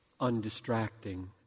undistracting